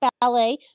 Ballet